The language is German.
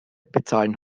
bezahlen